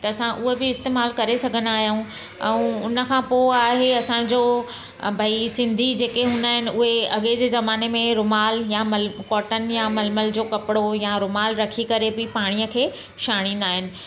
त असां उहा बि इस्तेमालु करे सघंदा आहियूं ऐं उन खां पोइ आहे असांजो भई सिंधी जेके हूंदा आहिनि उहे अॻिए जे ज़माने में रूमालु या मल या कॉटन मलमल जो कपिड़ो या रूमालु रखी करे बि पाणीअ खे छाणींदा आहिनि